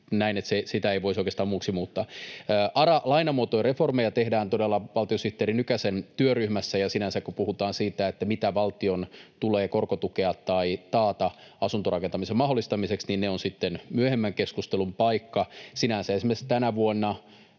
sitä ei voisi oikeastaan muuksi muuttaa. ARA-lainamuotojen reformeja tehdään todella valtiosihteeri Nykäsen työryhmässä. Ja sinänsä, kun puhutaan siitä, mitä valtion tulee korkotukea tai taata asuntorakentamisen mahdollistamiseksi, se on sitten myöhemmän keskustelun paikka. Sinänsä esimerkiksi tänä vuonna